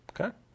Okay